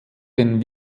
den